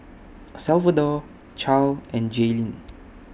Salvador Charle and Jaelynn